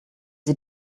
sie